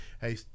hey